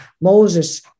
Moses